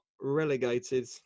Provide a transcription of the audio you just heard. relegated